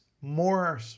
more